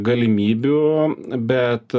galimybių bet